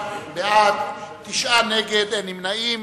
בעד, תשעה נגד, אין נמנעים.